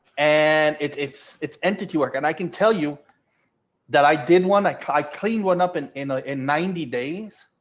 and it's it's it's entity work and i can tell you that i did want to clean clean one up and in ah in ninety days,